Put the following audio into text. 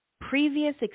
previous